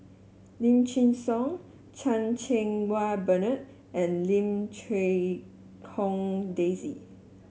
Lim Chin Siong Chan Cheng Wah Bernard and Lim Quee Hong Daisy